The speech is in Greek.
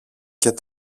και